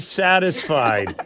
satisfied